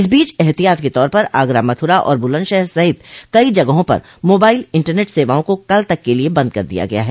इस बीच एहतियात के तौर पर आगरा मथुरा और बुलंदशहर सहित कई जगहों पर मोबाइल इंटरनेट सेवाओं को कल तक के लिये बंद कर दिया गया है